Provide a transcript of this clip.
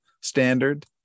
standard